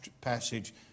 passage